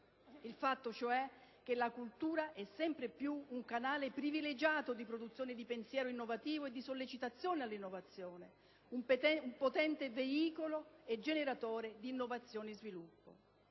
il fatto cioè che la cultura è sempre più un canale privilegiato di produzione di pensiero innovativo e di sollecitazione all'innovazione, un potente «veicolo e generatore d'innovazione e sviluppo».